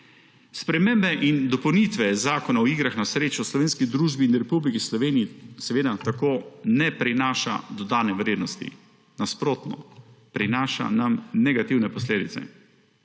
Spremembe in dopolnitve Zakona o igrah na srečo slovenski družbi in Republiki Sloveniji seveda tako ne prinašajo dodane vrednosti, nasprotno, prinašajo nam negativne posledice.